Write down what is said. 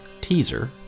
teaser